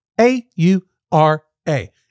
A-U-R-A